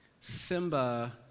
Simba